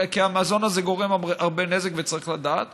כי המזון הזה גורם הרבה נזק וצריך לדעת.